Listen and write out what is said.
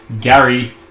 Gary